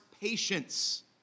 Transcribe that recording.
patience